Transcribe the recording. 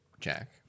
Jack